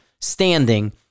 standing